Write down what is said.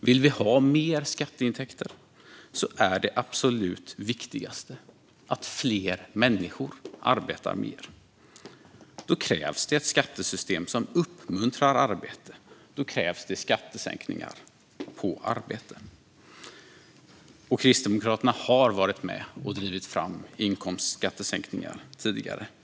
Vill vi ha mer skatteintäkter är det absolut viktigaste att fler människor arbetar mer. Då krävs det ett skattesystem som uppmuntrar arbete, och då krävs det skattesänkningar på arbete. Kristdemokraterna har varit med och drivit fram inkomstskattesänkningar tidigare.